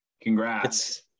Congrats